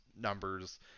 numbers